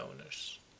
owners